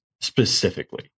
specifically